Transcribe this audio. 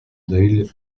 deuil